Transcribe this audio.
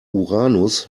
uranus